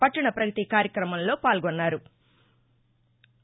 పట్టణ ప్రగతి కార్యక్రమంలో పాల్గొన్నారు